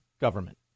government